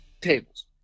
tables